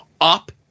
up